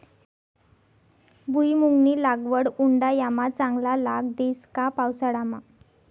भुईमुंगनी लागवड उंडायामा चांगला लाग देस का पावसाळामा